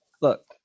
Look